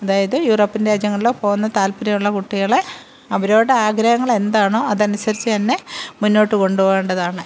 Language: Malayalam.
അതായത് യൂറോപ്യന് രാജ്യങ്ങള്ലോ പോവുന്ന താല്പ്പര്യമുള്ള കുട്ടികളെ അവരവരുടെ ആഗ്രഹങ്ങൾ എന്താണോ അത് അനുസരിച്ചു അന്നെ മുന്നോട്ട് കൊണ്ടു പോവേണ്ടതാണ്